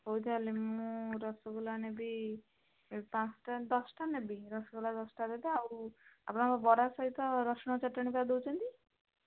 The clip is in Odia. ହଉ ତା'ହେଲେ ମୁଁ ରସଗୋଲା ନେବି ପାଞ୍ଚଟା ଦଶଟା ନେବି ରସଗୋଲା ଦଶଟା ଦେବେ ଆଉ ଆପଣଙ୍କର ବରା ସହିତ ରସୁଣ ଚଟଣିବା ଦେଉଛନ୍ତି